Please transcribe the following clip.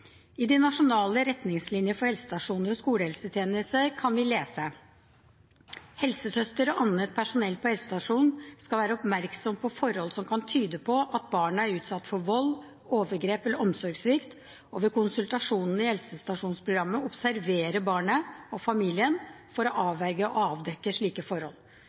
I Nasjonal retningslinje for helsestasjoner og skolehelsetjenesten kan vi lese: «Helsesøster og annet personell på helsestasjonen skal være oppmerksomme på forhold som kan tyde på at barnet er utsatt for vold, overgrep eller omsorgssvikt, og ved konsultasjonene i helsestasjonsprogrammet observere barnet og familien for å avverge og avdekke slike forhold.